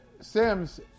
Sims